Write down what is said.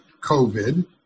COVID